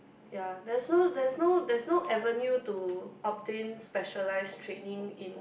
yea that's no that's no that's no avenue to obtain specialize training in